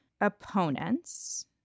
opponents